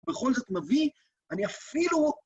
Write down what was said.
בכל זאת מביא, אני אפילו...